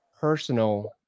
personal